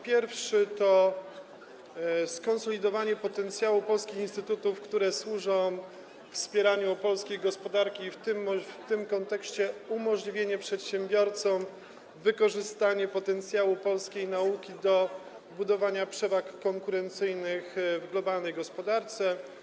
Pierwszy to skonsolidowanie potencjału polskich instytutów, które służą wspieraniu polskiej gospodarki w tym kontekście, i umożliwienie przedsiębiorcom wykorzystania potencjału polskiej nauki do budowania przewag konkurencyjnych w globalnej gospodarce.